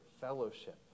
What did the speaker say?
fellowship